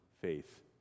faith